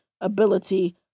ability